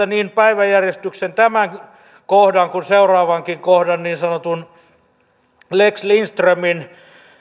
niin päiväjärjestyksen tämän kohdan kuin seuraavankin kohdan niin sanotun lex lindströmin